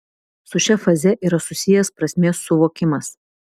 su šia faze yra susijęs prasmės suvokimas